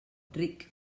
ric